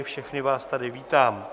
Všechny vás tady vítám.